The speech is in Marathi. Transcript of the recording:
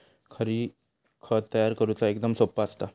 हरी, खत तयार करुचा एकदम सोप्पा असता